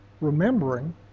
remembering